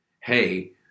hey